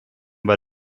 bei